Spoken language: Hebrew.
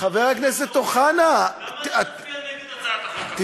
למה אתה תצביע נגד החוק הזה?